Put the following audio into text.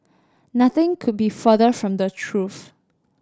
nothing could be further from the truth